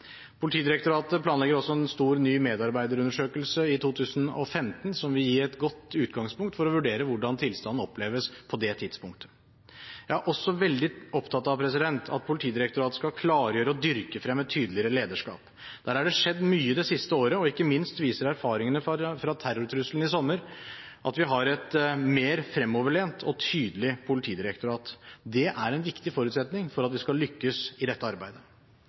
Politidirektoratet planlegger også en stor ny medarbeiderundersøkelse i 2015, som vil gi et godt utgangspunkt for å vurdere hvordan tilstanden oppleves på det tidspunktet. Jeg er også veldig opptatt av at Politidirektoratet skal klargjøre og dyrke frem et tydeligere lederskap. Der er det skjedd mye det siste året, og ikke minst viser erfaringene fra terrortrusselen i sommer at vi har et mer fremoverlent og tydelig politidirektorat. Det er en viktig forutsetning for at vi skal lykkes i dette arbeidet.